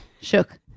Shook